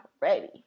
ready